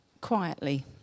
quietly